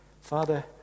Father